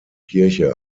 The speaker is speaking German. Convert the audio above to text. kirche